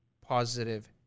positive